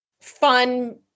fun